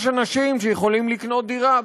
יש אנשים שיכולים לקנות דירה.